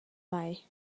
mei